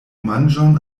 manĝon